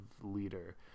leader